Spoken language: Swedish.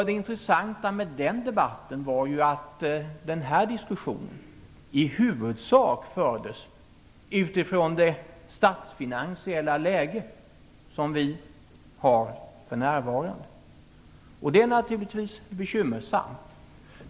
Det intressanta med den debatten är att diskussionen i huvudsak fördes utifrån det statsfinansiella läge som vi för närvarande har, och det är naturligtvis bekymmersamt.